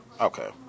Okay